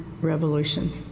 revolution